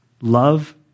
love